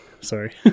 sorry